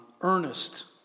earnest